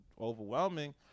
overwhelming